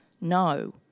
no